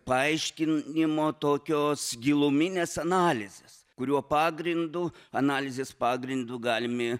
paaiškinimo tokios giluminės analizės kurio pagrindu analizės pagrindu galimi